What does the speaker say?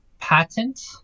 patent